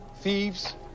thieves